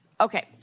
Okay